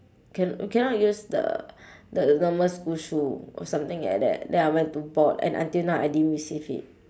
can~ cannot use the the normal school shoe or something like that then I went to bought and until now I didn't receive it